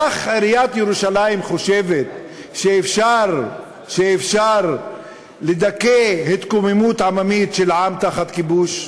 כך עיריית ירושלים חושבת שאפשר לדכא התקוממות עממית של עם תחת כיבוש?